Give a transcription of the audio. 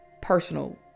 personal